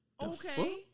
Okay